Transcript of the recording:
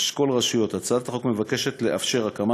אשכול רשויות: הצעת החוק מבקשת לאפשר הקמה